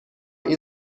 این